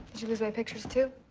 you lose my pictures, too?